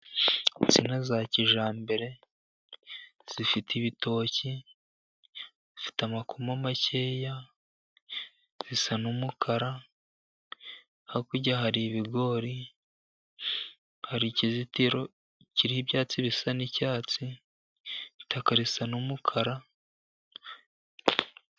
Insina za kijyambere zifite ibitoki, zifite amakoma makeya zisa n'umukara, hakurya hari ibigori hari ikizitiro kiriho ibyatsi bisa n'icyatsi, itaka risa n'umukara.